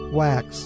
wax